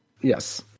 Yes